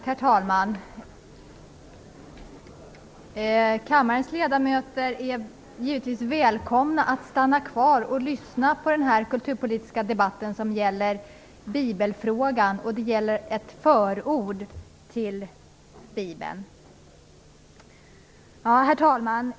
Herr talman! Kammarens ledamöter är givetvis välkomna att stanna kvar och lyssna på denna kulturpolitiska debatt om en bibelfråga, som gäller ett förord till Bibeln. Herr talman!